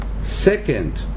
Second